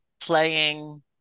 playing